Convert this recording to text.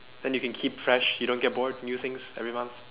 then you can keep fresh you don't get bored new things every month